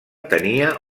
tenia